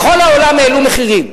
בכל העולם העלו מחירים,